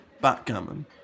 Backgammon